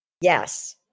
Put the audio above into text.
Yes